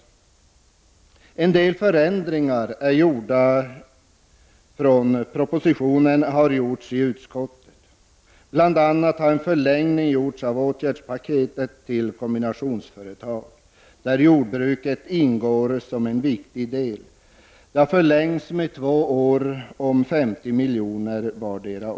Utskottet har gjort en del förändringar i förhållande till propositionen. Bl.a. har en förlängning gjorts av åtgärdspaketet till kombinationsföretag där jordbruket ingår som en viktig del. Förlängningen omfattar två år med ett anslag på 50 miljoner per år.